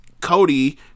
Cody